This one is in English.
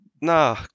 No